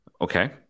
okay